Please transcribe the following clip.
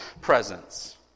presence